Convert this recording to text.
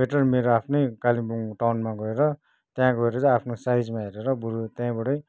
better मेरो आफ्नै कालेबुङ टाउनमा गएर त्याँ गएर आफ्नो साइजमा हेरेर बरू त्याँबडै